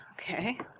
Okay